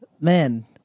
man